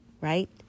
right